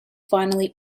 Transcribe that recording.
finally